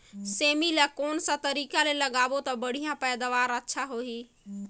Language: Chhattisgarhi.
सेमी ला कोन सा तरीका ले लगाबो ता बढ़िया पैदावार अच्छा होही?